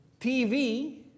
TV